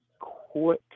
quick